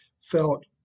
felt